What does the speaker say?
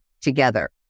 together